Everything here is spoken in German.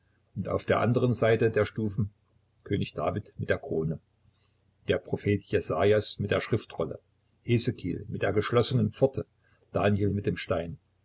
und auf der anderen seite der stufen könig david mit der krone der prophet jesaias mit der schriftrolle hesekiel mit der geschlossenen pforte daniel mit dem stein